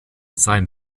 sein